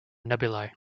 nebulae